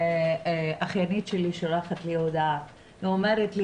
אחיינית שלי שולחת לי הודעה ואומרת לי: